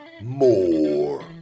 more